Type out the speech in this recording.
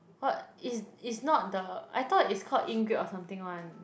what is is not the I thought it's called ink grab or something [one]